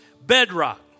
bedrock